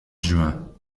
juin